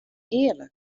earlik